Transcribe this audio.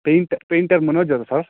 paint painter ಮನೋಜವ್ರಾ sir